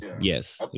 yes